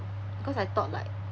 because I thought like